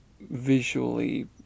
visually